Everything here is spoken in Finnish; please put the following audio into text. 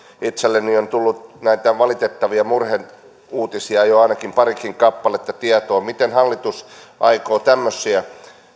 itselleni on tullut näitä valitettavia murheuutisia jo ainakin parikin kappaletta tietoon miten hallitus aikoo tämmöisiin